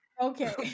Okay